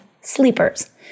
sleepers